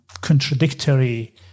contradictory